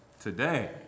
today